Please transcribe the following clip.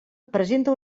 presenta